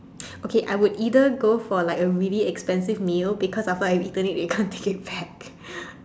okay I would either go for like a really expensive meal because I have eaten it they can't take it back